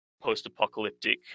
post-apocalyptic